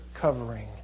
covering